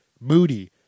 moody